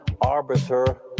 arbiter